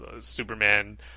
Superman